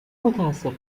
متاسف